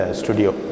studio